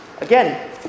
Again